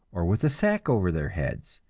or with a sack over their heads,